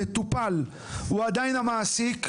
המטופל הוא עדיין המעסיק,